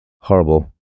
horrible